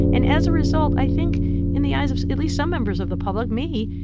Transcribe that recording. and as a result, i think in the eyes of at least some members of the public, me,